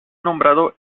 nombrado